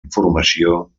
informació